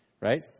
Right